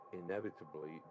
inevitably